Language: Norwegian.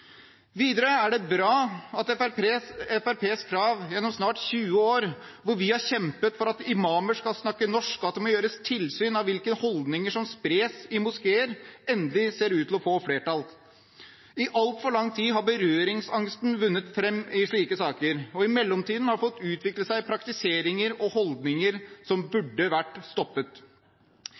Videre er det bra at Fremskrittspartiets krav gjennom snart 20 år, hvor vi har kjempet for at imamer skal snakke norsk, og at det må være tilsyn med hvilke holdninger som spres i moskeer, endelig ser ut til å få flertall. I altfor lang tid har berøringsangsten vunnet fram i slike saker, og i mellomtiden har det fått utvikle seg praktiseringer og holdninger som burde ha vært stoppet.